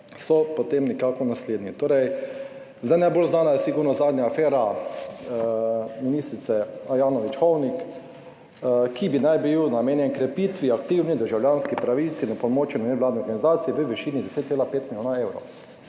so, potem nekako naslednji. Torej, zdaj najbolj znana je sigurno zadnja afera ministrice Ajanović Hovnik, ki bi naj bil namenjen krepitvi aktivnih državljanskih pravic in pomoči nevladnih organizacij v višini 10,5 milijona evrov.